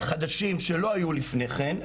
חדשים שלא היו לפני כן.